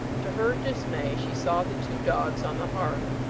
to her dismay she saw the two dogs on the hearth.